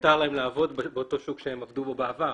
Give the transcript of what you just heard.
מותר להם לעבוד באותו שוק שהם עבדו בו בעבר